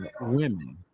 women